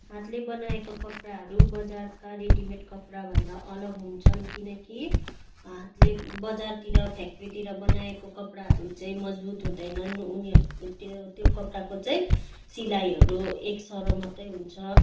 हातले बनाएका कपडाहरू बजारका रेडी मेड कपडा भन्दा अलग हुन्छन् किनकि हातले बजारतिर फ्याक्ट्रीतिर बनाएको कपडाहरू चाहिँ मजबुत हुँदैनन् उनीहरू त्यो त्यो कपडाको चाहिँ सिलाइहरू एक सरो मात्र हुन्छ